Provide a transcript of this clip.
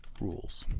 rules.